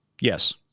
Yes